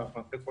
ואנחנו נעשה כל